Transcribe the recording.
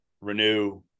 Renew